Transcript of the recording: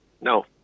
No